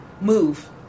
move